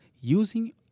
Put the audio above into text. using